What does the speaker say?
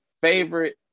favorite